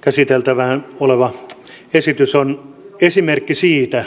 käsiteltävänä oleva esitys on esimerkki siitä